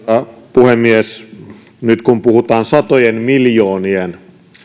puhemies nyt kun puhutaan satojen miljoonien